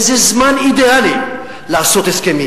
איזה זמן אידיאלי לעשות הסכמים.